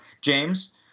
James